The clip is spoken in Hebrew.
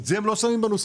את זה הם לא שמים בנוסחה,